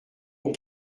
aux